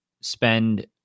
spend